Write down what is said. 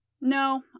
No